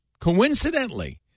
coincidentally